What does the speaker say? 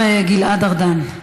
ארדן,